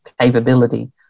capability